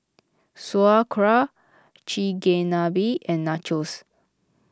Sauerkraut Chigenabe and Nachos